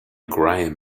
graham